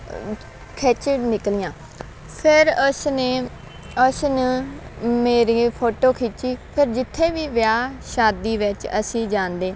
ਖਿੱਚ ਨਿਕਲੀਆਂ ਫਿਰ ਉਸ ਨੇ ਉਸ ਨੂੰ ਮੇਰੀ ਫੋਟੋ ਖਿੱਚੀ ਫਿਰ ਜਿੱਥੇ ਵੀ ਵਿਆਹ ਸ਼ਾਦੀ ਵਿੱਚ ਅਸੀਂ ਜਾਂਦੇ